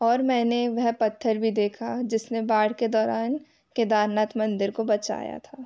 और मैंने वह पत्थर भी देखा जिस ने बाढ़ के दौरान केदारनाथ मंदिर को बचाया था